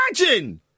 Imagine